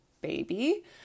baby